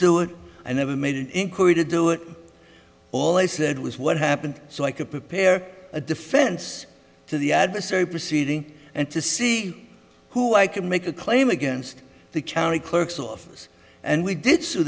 do it i never made an inquiry to do it all they said was what happened so i could prepare a defense to the adversary proceeding and to see who i could make a claim against the county clerk's office and we did sue